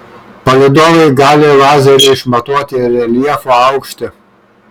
palydovai gali lazeriu išmatuoti reljefo aukštį